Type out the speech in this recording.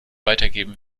weitergeben